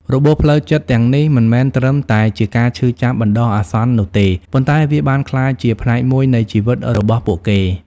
របួសផ្លូវចិត្តទាំងនេះមិនមែនត្រឹមតែជាការឈឺចាប់បណ្តោះអាសន្ននោះទេ ប៉ុន្តែវាបានក្លាយជាផ្នែកមួយនៃជីវិតរបស់ពួកគេ។